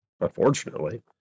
Unfortunately